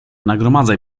nagromadzaj